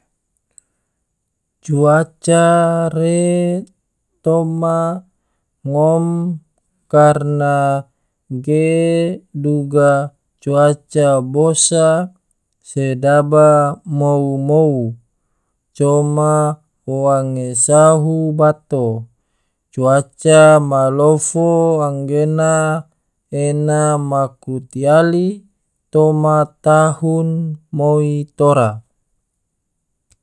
Cuaca re toma ngom karena ge duga cuaca bosa, sedaba mou-mou, coma wange sahu bato, cuaca malofo anggena ena maku tiali toma tahun moi tora.